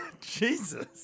Jesus